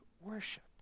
worship